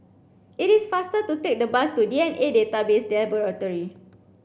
it is faster to take the bus to D N A Database Laboratory